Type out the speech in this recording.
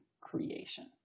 creation